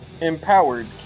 empowered